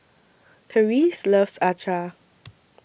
Therese loves Acar